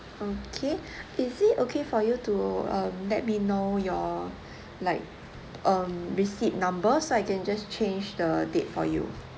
okay is it okay for you to um let me know your like um receipt number so I can just change the date for you